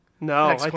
No